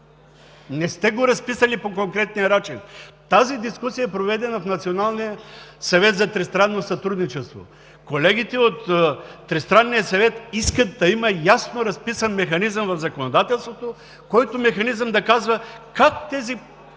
Не сте го разписали по конкретния начин! Тази дискусия е проведена в Националния съвет за тристранно сътрудничество. Колегите от Тристранния съвет искат да има ясно разписан механизъм в законодателството, който да казва как тези